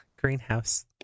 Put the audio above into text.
Greenhouse